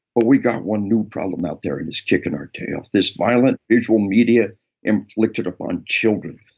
but we got one new problem out there, and it's kicking our tail. this violent visual media inflicted upon children.